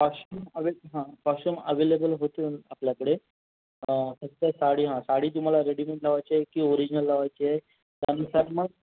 costume avail हां costume available होतील आपल्याकडे फक्त साडी साडी तुम्हाला रेडीमेड लावायची आहे की ओरिजिनल लावायची आहे त्यानुसार मग